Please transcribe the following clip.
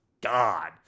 God